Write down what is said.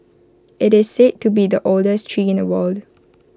IT is said to be the oldest tree in the world